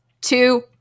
two